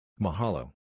Mahalo